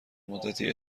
مدتی